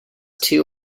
two